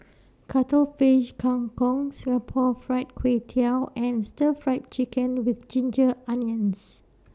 Cuttlefish Kang Kong Singapore Fried Kway Tiao and Stir Fried Chicken with Ginger Onions